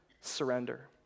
surrender